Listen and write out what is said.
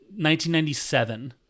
1997